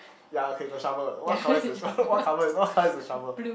ya okay the shovel what colour is the shovel what colour what colour is the shovel